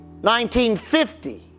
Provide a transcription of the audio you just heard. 1950